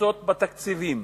מקצצות בתקציבים,